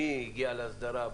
מי הגיע להסדרה,